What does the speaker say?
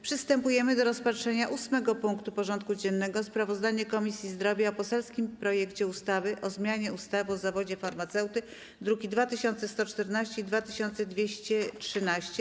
Przystępujemy do rozpatrzenia punktu 8. porządku dziennego: Sprawozdanie Komisji Zdrowia o poselskim projekcie ustawy o zmianie ustawy o zawodzie farmaceuty (druki nr 2114 i 2213)